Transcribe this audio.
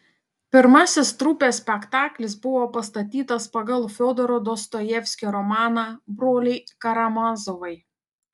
pirmasis trupės spektaklis buvo pastatytas pagal fiodoro dostojevskio romaną broliai karamazovai